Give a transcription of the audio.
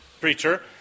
preacher